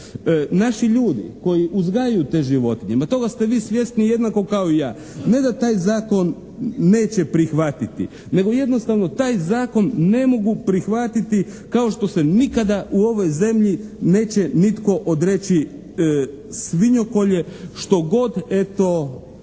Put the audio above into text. Naši ljudi koji uzgajaju te životinje, ma toga ste vi svjesni jednako kao i ja, ne da taj zakon neće prihvatiti nego jednostavno taj zakon ne mogu prihvatiti kao što se nikada u ovoj zemlji neće nitko odreći svinjokolje što god eto